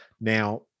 Now